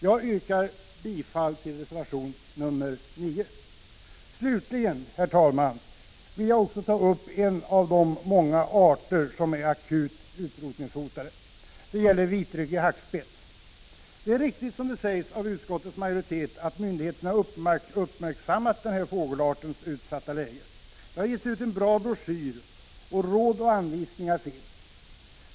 Jag yrkar bifall till reservation 9. Slutligen, herr talman, vill jag ta upp en av de många arter som är akut utrotningshotad. Det gäller vitryggig hackspett. Det är riktigt, som utskottets majoritet skriver, att myndigheterna uppmärksammat den här fågelartens utsatta läge. Det har getts ut en bra broschyr, och det finns råd och anvisningar.